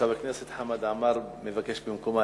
חבר הכנסת חמד עמאר מבקש במקומה,